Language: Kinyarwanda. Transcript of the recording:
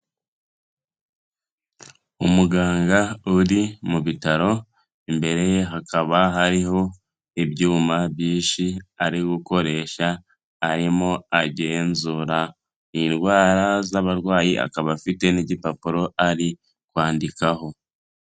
Umuganga uri mu bitaro, imbere ye hakaba hariho ibyuma byinshi ari gukoresha, arimo agenzura indwara z'abarwayi, akaba afite n'igipapuro ari kwandikaho.